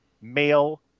male